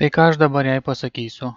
tai ką aš dabar jai pasakysiu